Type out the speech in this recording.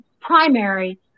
primary